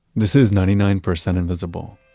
this is ninety nine percent invisible.